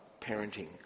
parenting